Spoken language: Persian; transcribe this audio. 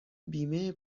بیمه